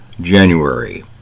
January